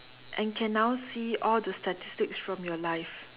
and can now see all the statics from your life